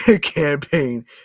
campaign